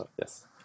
Yes